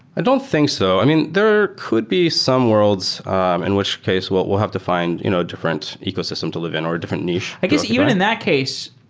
i don't think so. i mean, there could be some worlds in which case we'll we'll have to fi nd you know different ecosystem to live in or different niche i guess even in that case,